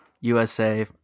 USA